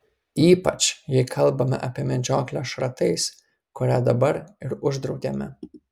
ypač jei kalbame apie medžioklę šratais kurią dabar ir uždraudėme